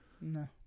no